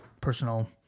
personal